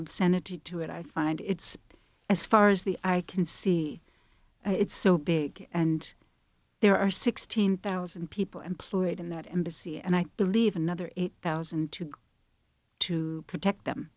obscenity to it i find it's as far as the eye can see it's so big and there are sixteen thousand people employed in that embassy and i believe another eight thousand to go to protect